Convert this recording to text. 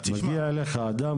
מגיע אליך אדם,